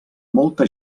molta